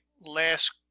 Last